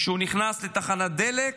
כשהוא נכנס לתחנת הדלק.